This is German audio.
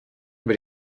über